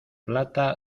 plata